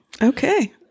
Okay